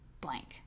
blank